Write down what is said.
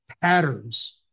patterns